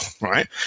Right